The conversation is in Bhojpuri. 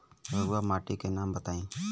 रहुआ माटी के नाम बताई?